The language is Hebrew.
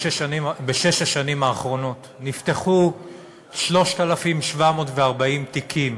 בשש השנים האחרונות נפתחו 3,740 תיקים